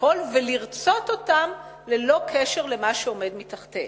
הכול ולרצות אותם ללא קשר למה שעומד מתחתיהם.